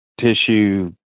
tissue